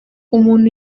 umuntu